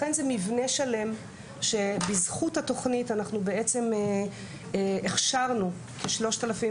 לכן זה מבנה שלם שבזכות התוכנית אנחנו בעצם הכשרנו כ-3,000